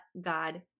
God